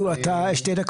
אני מודה לך.